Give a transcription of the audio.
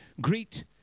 Greet